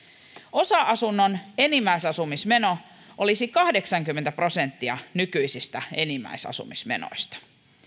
osa asunnon enimmäisasumismeno olisi kahdeksankymmentä prosenttia nykyisistä enimmäisasumismenoista